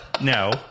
no